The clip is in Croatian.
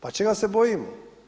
Pa čega se bojimo?